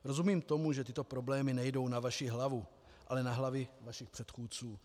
Rozumím tomu, že tyto problémy nejdou na vaši hlavu, ale na hlavy vašich předchůdců.